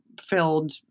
filled